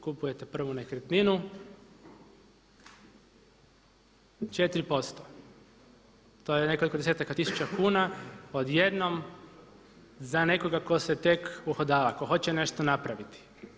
Kupujete prvu nekretninu 4%, to je nekoliko desetaka tisuća kuna odjednom za nekoga ko se tek uhodava, ko hoće nešto napraviti.